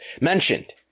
mentioned